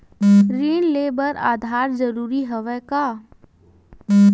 ऋण ले बर आधार जरूरी हवय का?